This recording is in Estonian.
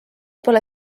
pole